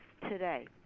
today